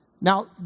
Now